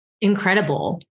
Incredible